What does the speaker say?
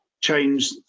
change